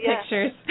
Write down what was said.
pictures